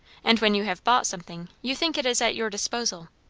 and when you have bought something, you think it is at your disposal?